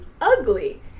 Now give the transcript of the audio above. ugly